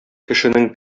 кешенең